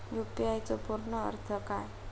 UPI चो पूर्ण अर्थ काय?